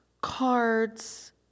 cards